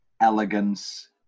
elegance